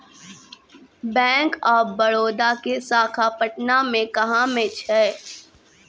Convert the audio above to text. Bank of Baroda के शाखा पटना मे कहां मे छै?